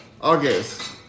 August